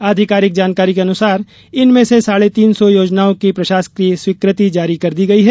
आधिकारिक जानकारी के अनुसार इनमें से साढ़े तीन सौ योजनाओं की प्रशासकीय स्वीकृति जारी कर दी गई है